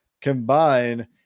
combine